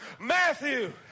Matthew